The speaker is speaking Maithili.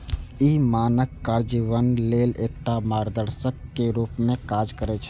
ई मानक कार्यान्वयन लेल एकटा मार्गदर्शक के रूप मे काज करै छै